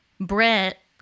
Brett